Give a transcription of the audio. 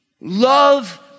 Love